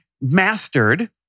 mastered